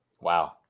Wow